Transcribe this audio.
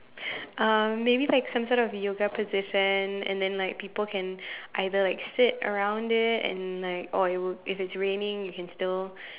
um maybe like some sort of yoga position and then like people can either like sit around it and like or it would if it's raining you can still